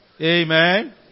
Amen